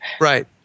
Right